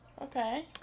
Okay